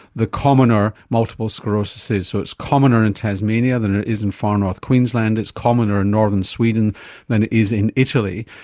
the commoner multiple sclerosis is. so it's commoner in tasmania than it is in far north queensland, it's commoner in northern sweden than it is in italy.